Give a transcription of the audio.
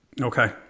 Okay